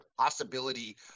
possibility